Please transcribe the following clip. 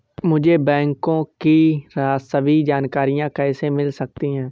मुझे बैंकों की सभी जानकारियाँ कैसे मिल सकती हैं?